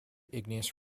igneous